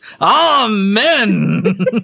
Amen